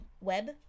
web